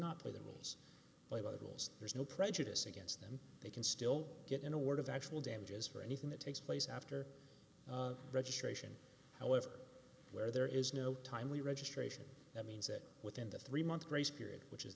not play the rules by the rules there's no prejudice against them they can still get an award of actual damages for anything that takes place after registration however where there is no timely registration that means that within the three month grace period which is